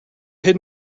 key